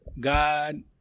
God